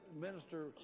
minister